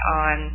on